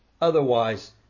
Otherwise